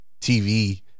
tv